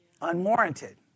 unwarranted